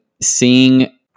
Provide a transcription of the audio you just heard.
seeing